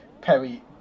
Perry